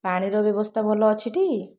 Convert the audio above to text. ପାଣିର ବ୍ୟବସ୍ଥା ଭଲ ଅଛିଟି